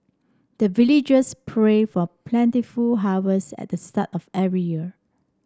the villagers pray for plentiful harvest at the start of every year